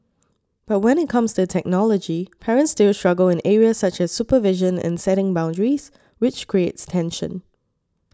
but when it comes to technology parents still struggle in areas such as supervision and setting boundaries which creates tension